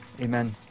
Amen